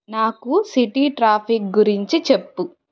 నాకు city traffic గురించి చెప్పు